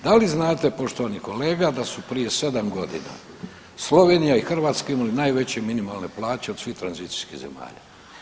Da li znate poštovani kolega da su prije 7.g. Slovenija i Hrvatska imale najveće minimalne plaće od svih tranzicijskih zemalja?